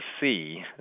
see